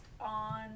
on